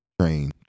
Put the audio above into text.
train